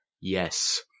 yes